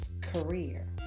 career